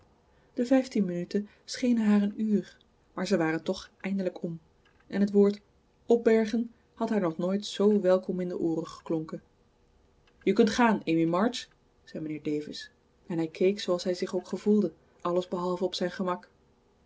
de vijftien minuten schenen haar een uur maar ze waren toch eindelijk om en het woord opbergen had haar nog nooit zoo welkom in de ooren geklonken je kunt gaan amy march zei mijnheer davis en hij leek zooals hij zich ook gevoelde alles behalve op zijn gemak